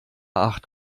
acht